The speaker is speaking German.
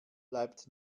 bleibt